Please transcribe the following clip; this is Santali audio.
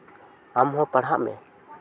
ᱟᱢᱦᱚᱸ ᱯᱟᱲᱦᱟᱜ ᱢᱮ